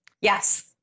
Yes